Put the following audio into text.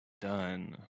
done